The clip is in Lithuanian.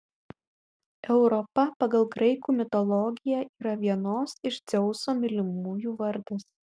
europa pagal graikų mitologiją yra vienos iš dzeuso mylimųjų vardas